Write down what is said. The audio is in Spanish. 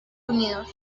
unidos